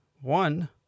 one